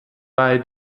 bei